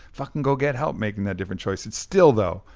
fucking go get help making that different choice. still, though,